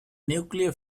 nuclear